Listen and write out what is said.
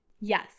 Yes